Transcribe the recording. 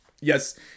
Yes